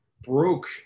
broke